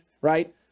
right